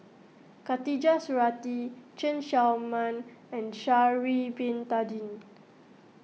Khatijah Surattee Chen Show Mao and Sha'ari Bin Tadin